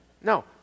no